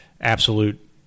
absolute